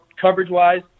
coverage-wise